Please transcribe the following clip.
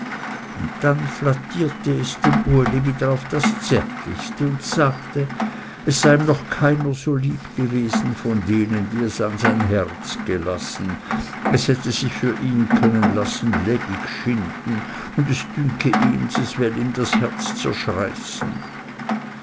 dann flattierte es dem uli wieder auf das zärtlichste und sagte es sei ihm noch keiner so lieb gewesen von denen die es an sein herz gelassen es hätte sich für ihn können lassen lebig schinden und es dünke ihns es well ihm ds herz